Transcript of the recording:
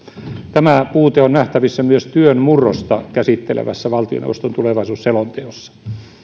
tämä puute on nähtävissä myös työn murrosta käsittelevässä valtioneuvoston tulevaisuusselonteossa